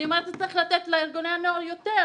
אני אומרת שצריך לתת לארגוני יותר.